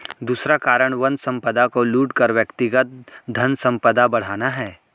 दूसरा कारण वन संपदा को लूट कर व्यक्तिगत धनसंपदा बढ़ाना है